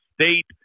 State